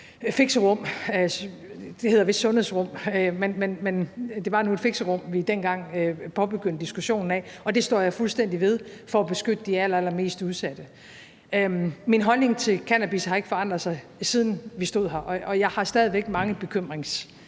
fixerum – det hedder vist sundhedsrum, men det var nu et fixerum, vi dengang påbegyndte diskussionen af, og det står jeg fuldstændig ved – for at beskytte de allermest udsatte. Min holdning til cannabis har ikke forandret sig, siden vi stod her, og jeg har stadig væk mange bekymringspunkter,